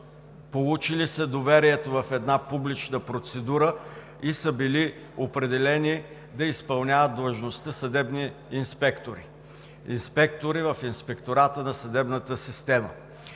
получили са доверието в една публична процедура и са били определени да изпълняват длъжността съдебни инспектори в Инспектората на съдебната система.